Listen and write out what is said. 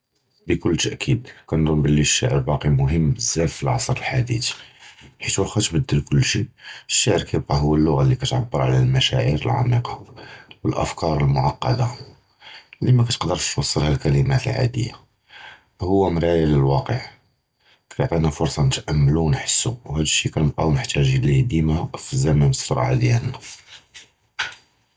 בְּכּול תַּכִּיד כּנְצַנּ בְּלִי הַשִּׁעְר בַּאקִי מְהִם בְּזַבַּא פִי הַעַصְר הַחָדִית, כִּיַּא כִּיּתְבַדֵּל כּול שִׁי, הַשִּׁעְר כִּיַּבְקִי הוּא הַלּוּגַ'ה לִי כִּתְעַבֵּר עַל הַמְּשַאעֵר הַעָמִיקָה וְהַאֻפְכָּאר הַמֻּעֻקָּדָה לִי מַתְקַדַּרש תּוֹסַלְהּוּם הַקְּלִימוּת הַעָדִית, הוּא מִרְאָה לַוַאקְע, כִּיַּעְטִינָא פּוּרְסָה נְתַאֲמְּלוּ וְנַחְסוּ וְהַדָּא שִׁי כּנְבְקָאוּ מְחְתַאַחִין לִי הוּ דִיּמָה פִי זְמַאן הַסְּרְעָה דִיַּאלְנָא.